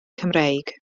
cymreig